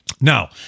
Now